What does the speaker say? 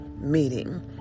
meeting